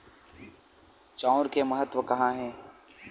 चांउर के महत्व कहां हे?